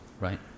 Right